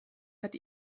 hat